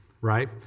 Right